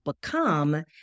become